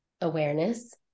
awareness